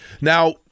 Now